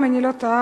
אם אני לא טועה,